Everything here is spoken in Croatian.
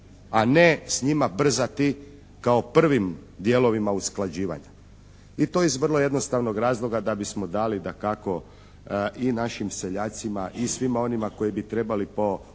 A ne s njima brzati kao prvim dijelovima usklađivanja. I to iz vrlo jednostavnog razloga da bismo dali dakako i našim seljacima i svima onima koji bi trebali po ovim